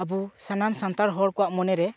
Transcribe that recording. ᱟᱵᱚ ᱥᱟᱱᱟᱢ ᱥᱟᱱᱛᱟᱲ ᱦᱚᱲ ᱠᱚᱭᱟᱜ ᱢᱚᱱᱮ ᱨᱮ